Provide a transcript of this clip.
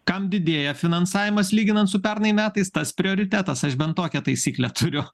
kam didėja finansavimas lyginant su pernai metais tas prioritetas aš bent tokią taisyklę turiu